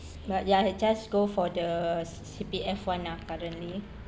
s~ but ya we just go for the C~ C_P_F one lah currently